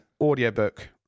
audiobook